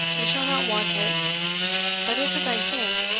you shall not want it but if, as i think,